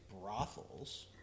brothels